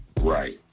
right